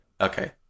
Okay